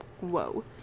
whoa